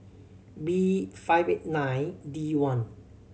B five eight nine D one